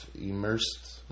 immersed